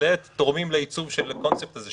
לעת תורמים לעיצוב של הקונספט הזה,